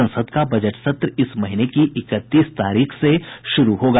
संसद का बजट सत्र इस महीने की इकतीस तारीख से शुरू होगा